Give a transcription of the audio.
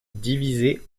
divisé